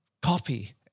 copy